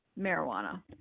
marijuana